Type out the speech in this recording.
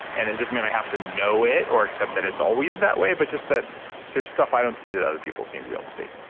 and it just means i have to know it or accept that it's always that way, but just that there's stuff, i don't see that other people seem to be able to see.